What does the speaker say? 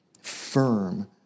firm